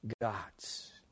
gods